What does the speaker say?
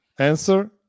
answer